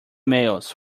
mails